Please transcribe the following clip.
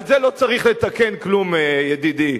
על זה לא צריך לתקן כלום, ידידי.